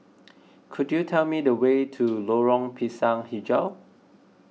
could you tell me the way to Lorong Pisang HiJau